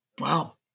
Wow